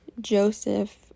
Joseph